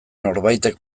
norbaitek